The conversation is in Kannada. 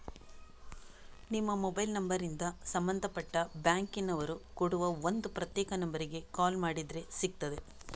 ನಿಮ್ಮ ಮೊಬೈಲ್ ನಂಬರಿಂದ ಸಂಬಂಧಪಟ್ಟ ಬ್ಯಾಂಕಿನ ಅವರು ಕೊಡುವ ಒಂದು ಪ್ರತ್ಯೇಕ ನಂಬರಿಗೆ ಕಾಲ್ ಮಾಡಿದ್ರೆ ಸಿಗ್ತದೆ